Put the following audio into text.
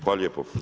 Hvala lijepo.